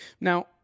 Now